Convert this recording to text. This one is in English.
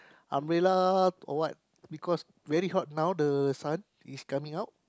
umbrella or what because very hot now the sun is coming out